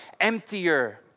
emptier